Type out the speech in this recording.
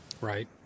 Right